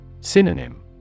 Synonym